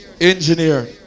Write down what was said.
engineer